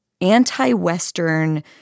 anti-Western